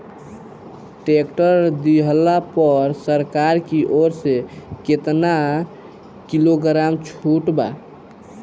Tractor लिहला पर सरकार की ओर से केतना किलोग्राम छूट बा?